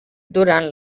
durant